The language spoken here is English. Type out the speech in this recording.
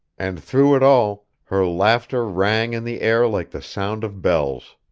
and through it all, her laughter rang in the air like the sound of bells.